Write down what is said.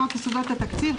חוק יסודות התקציב,